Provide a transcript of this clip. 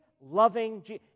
loving